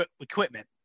equipment